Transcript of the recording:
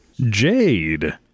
Jade